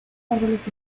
árboles